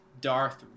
Darth